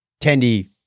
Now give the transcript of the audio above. Tendi